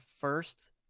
first